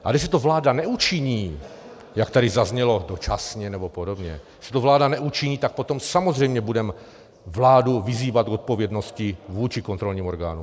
A jestli to vláda neučiní, jak tady zaznělo, dočasně nebo podobně, že to vláda neučiní, tak potom samozřejmě budeme vládu vyzývat k odpovědnosti vůči kontrolním orgánům.